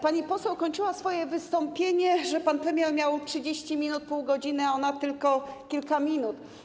Pani poseł kończyła swoje wystąpienie tym, że pan premier miał 30 minut, pół godziny, a ona tylko kilka minut.